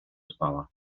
spała